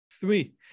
three